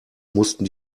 mussten